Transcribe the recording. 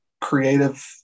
creative